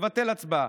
לבטל הצבעה,